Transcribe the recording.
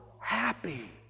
happy